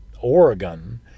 Oregon